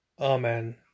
Amen